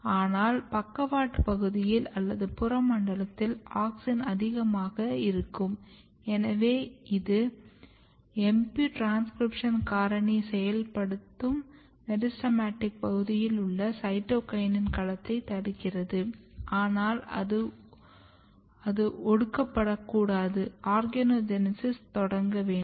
ஆனால் பக்கவாட்டு பகுதியில் அல்லது புற மண்டலத்தில் ஆக்ஸின் அதிகமாக இருக்கும் எனவே அது MP ட்ரான்ஸ்க்ரிப்ஷன் காரணியை செயல்படுத்தி மெரிஸ்டெமடிக் பகுதியில் உள்ள சைட்டோகினின் களத்தை தடுக்கிறது ஆனால் அது ஒடுக்கப்படக்கூடாது ஆர்கனோஜெனெஸிஸ் தொடங்கவேண்டும்